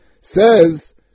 says